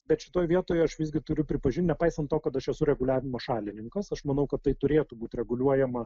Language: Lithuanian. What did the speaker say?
bet šitoj vietoje aš visgi turiu pripažint nepaisant to kad aš esu reguliavimo šalininkas aš manau kad tai turėtų būti reguliuojama